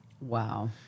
wow